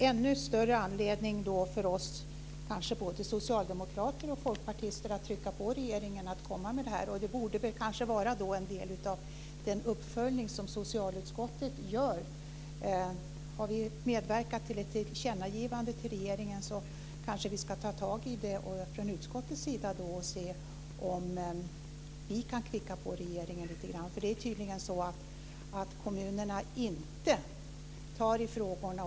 Herr talman! Då finns det ännu större anledning för kanske både oss socialdemokrater och folkpartister att trycka på regeringen att komma med förslag. Det borde kanske vara en del av den uppföljning som socialutskottet gör. Har vi medverkat till ett tillkännagivande till regeringen kanske vi från utskottets sida ska ta tag i frågan och se om vi kan kvicka på regeringen lite grann. Det är tydligen så att kommunerna inte tar i frågorna.